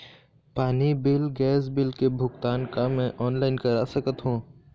पानी bill gas bill के भुगतान का मैं ऑनलाइन करा सकथों?